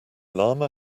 llama